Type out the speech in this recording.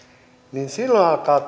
niin silloin alkaa